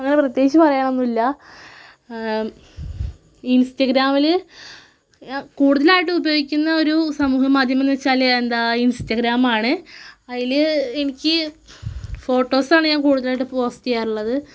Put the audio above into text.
അങ്ങനെ പ്രത്യേകിച്ച് പറയാനൊന്നുമില്ല ഇൻസ്റ്റഗ്രാമിൽ കൂടുതലായിട്ട് ഉപയോഗിക്കുന്ന ഒരു സമൂഹമാധ്യമം എന്ന് വച്ചാൽ എന്താണ് ഇൻസ്റ്റഗ്രാമാണ് അതിൽ എനിക്ക് ഫോട്ടോസാണ് ഞാൻ കൂടുതലായിട്ട് പോസ്റ്റ് ചെയ്യാറുള്ളത്